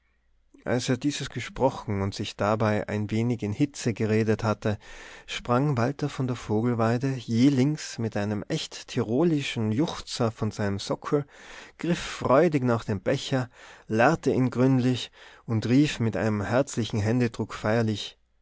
als er dieses gesprochen und sich dabei ein wenig in hitze geredet hatte sprang walter von der vogelweide jählings mit einem echt tirolischen juchzer von seinem sockel griff freudig nach dem becher leerte ihn gründlich und rief mit einem herzlichen händedruck feierlich